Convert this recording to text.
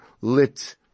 lit